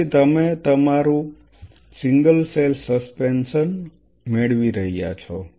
તેથી તમે અમારું સિંગલ સેલ સસ્પેન્શન શું મેળવી રહ્યા છો